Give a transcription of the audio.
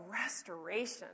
restoration